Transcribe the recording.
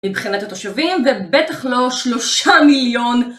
מבחינת התושבים ובטח לא שלושה מיליון.